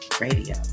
radio